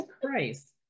Christ